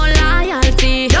loyalty